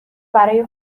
برای